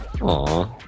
Aw